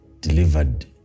delivered